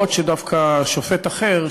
דווקא שופט אחר,